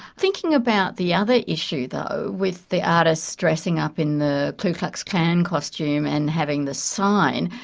thinking about the other issue though with the artist dressing up in the ku klux klan costume and having the sign,